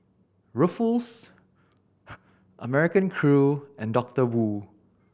Ruffles American Crew and Doctor Wu